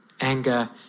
anger